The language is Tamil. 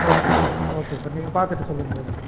ஓகே சார் ஓகே சார் நீங்கள் ர் சொல்லுங்கள் சார்